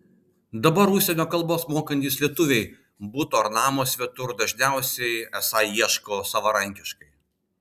dabar užsienio kalbas mokantys lietuviai buto ar namo svetur dažniau esą ieško savarankiškai